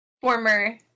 former